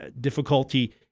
difficulty